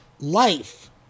life